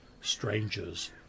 strangers